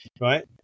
right